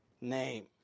name